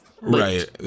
Right